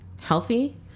healthy